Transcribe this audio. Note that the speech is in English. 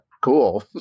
cool